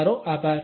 તમારો આભાર